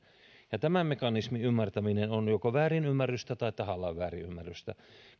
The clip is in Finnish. tämän mekanismin ymmärtämisessä on joko väärinymmärrystä tai tahallaan väärinymmärrystä